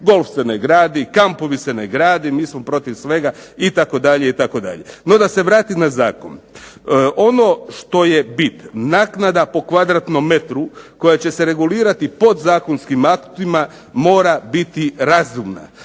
golf se ne gradi, kampovi se ne grade. Mi smo protiv svega itd. No da se vratim na zakon. Ono što je bit, naknada po kvadratnom metru koja će se regulirati podzakonskim aktima mora biti razumna.